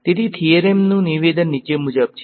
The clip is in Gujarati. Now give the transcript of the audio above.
તેથી થીયરમનું નિવેદન નીચે મુજબ છે